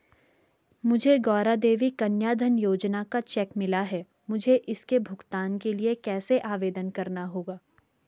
मुझे गौरा देवी कन्या धन योजना का चेक मिला है मुझे इसके भुगतान के लिए कैसे आवेदन करना होगा?